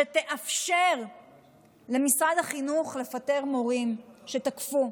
שתאפשר למשרד החינוך לפטר מורים שתקפו,